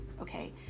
okay